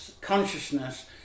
consciousness